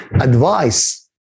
advice